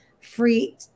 free